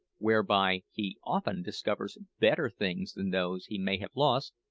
whereby he often discovers better things than those he may have lost,